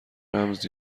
رمز